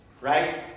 Right